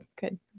good